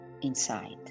inside